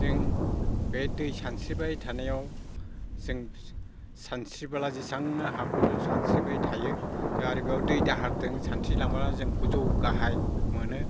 जों बे दै सानस्रिबाय थानायाव जों सानस्रिब्ला जेसेबांनो हागौ जों सानस्रिबाय थायो जों आरो बेयाव दै दाहारजों सानस्रिलांब्ला जों दै गोजौ गाहाय मोनो